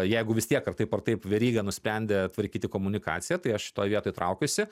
jeigu vistiek ar taip ar taip veryga nusprendė tvarkyti komunikaciją tai aš šitoj vietoj traukiuosi